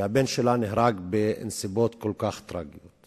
שהבן שלה נהרג בנסיבות כל כך טרגיות.